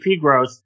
growth